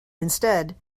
instead